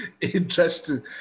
Interesting